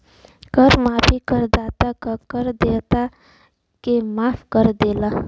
कर माफी करदाता क कर देयता के माफ कर देवला